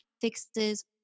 fixes